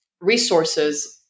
resources